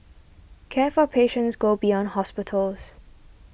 care for patients go beyond hospitals